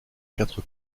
quatre